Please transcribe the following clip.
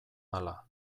ala